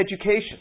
education